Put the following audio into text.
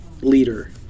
leader